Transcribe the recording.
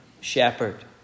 shepherd